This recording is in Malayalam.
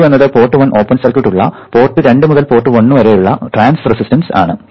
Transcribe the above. Z12 എന്നത് പോർട്ട് 1 ഓപ്പൺ സർക്യൂട്ട് ഉള്ള പോർട്ട് 2 മുതൽ പോർട്ട് 1 വരെയുള്ള ട്രാൻസ് റെസിസ്റ്റൻസ് ആണ്